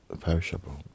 perishable